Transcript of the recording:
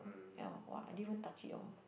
ya !wah! I didn't even touch it at all